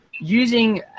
using